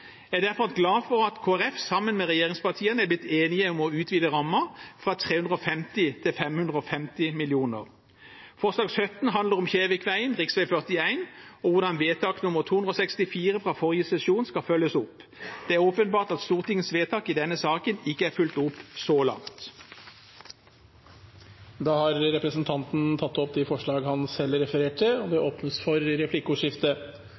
Jeg er derfor glad for at Kristelig Folkeparti er blitt enig med regjeringspartiene om å utvide rammen fra 350 mill. kr til 550 mill. kr. Forslag nr. 17 handler om Kjevik-veien, rv. 41, og hvordan anmodningsvedtak nr. 264 fra forrige sesjon skal følges opp. Det er åpenbart at Stortingets vedtak i denne saken ikke er fulgt opp så langt. Representanten Hans Fredrik Grøvan har tatt opp de forslagene han refererte til. Det åpnes for replikkordskifte.